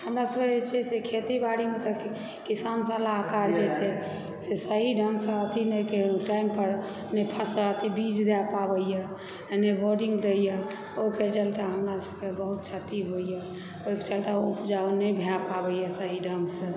हमरा सभकेँ जे छै से खेती बाड़ीमे तऽ किसान सलाहकार जे छै से सही ढङ्गसँ अथी नहि टाइम पर नहि फसल अथी बीज दे पाबैए आ नहि बोरिङ देइए ओहिके चलते हमरा सभकेँ बहुत क्षति होइए ओहिके चलते उपजा नहि भए पाबैए सही ढङ्गसँ